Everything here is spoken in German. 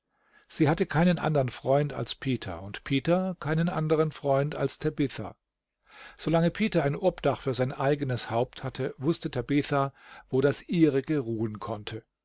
sie hatte keinen andern freund als peter und peter keinen anderen freund als tabitha solange peter ein obdach für sein eigenes haupt hatte wußte tabitha wo das ihrige ruhen konnte